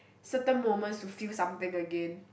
certain moments to feel something again